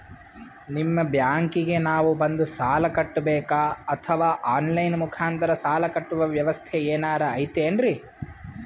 ನಿಮ್ಮ ಬ್ಯಾಂಕಿಗೆ ನಾವ ಬಂದು ಸಾಲ ಕಟ್ಟಬೇಕಾ ಅಥವಾ ಆನ್ ಲೈನ್ ಮುಖಾಂತರ ಸಾಲ ಕಟ್ಟುವ ವ್ಯೆವಸ್ಥೆ ಏನಾರ ಐತೇನ್ರಿ?